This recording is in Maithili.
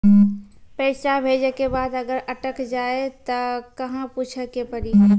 पैसा भेजै के बाद अगर अटक जाए ता कहां पूछे के पड़ी?